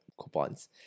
coupons